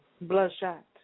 bloodshot